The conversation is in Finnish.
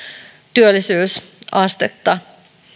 työllisyysastetta